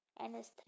NS3